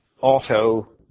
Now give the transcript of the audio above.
auto